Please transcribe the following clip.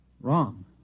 Wrong